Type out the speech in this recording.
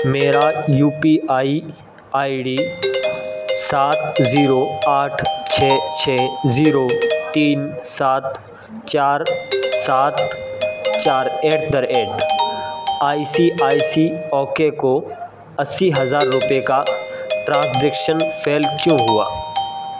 میرا U P I I D سات zero آٹھ چھ چھ زیرو تین سات چار سات چار at the rate I C I C okay کو اسی ہزار روپے کا ٹرانزیکشن فیل کیوں ہوا